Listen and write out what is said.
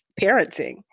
parenting